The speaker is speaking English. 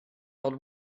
old